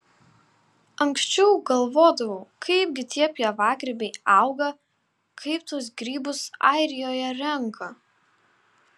anksčiau galvodavau kaipgi tie pievagrybiai auga kaip tuos grybus airijoje renka